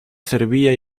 servía